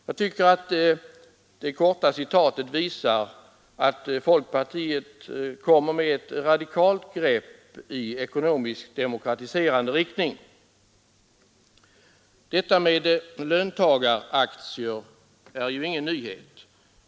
Jag tycker att det korta citatet visar att folkpartiet har ett radikalt grepp i riktning mot ökad ekonomisk demokratisering. Detta med löntagaraktier är ju ingen nyhet.